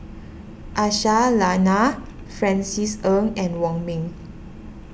Aisyah Lyana Francis Ng and Wong Ming